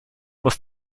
must